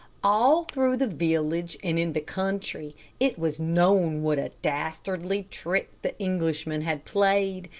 all through the village, and in the country it was known what a dastardly trick the englishman had played,